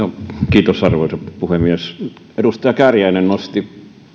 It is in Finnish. kiitos arvoisa puhemies edustaja kääriäinen nosti